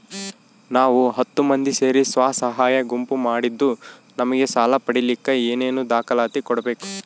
ನಾವು ಹತ್ತು ಮಂದಿ ಸೇರಿ ಸ್ವಸಹಾಯ ಗುಂಪು ಮಾಡಿದ್ದೂ ನಮಗೆ ಸಾಲ ಪಡೇಲಿಕ್ಕ ಏನೇನು ದಾಖಲಾತಿ ಕೊಡ್ಬೇಕು?